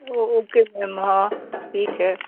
ओह okay ma'am हाँ ठीक हैं